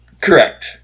Correct